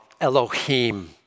Elohim